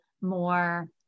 more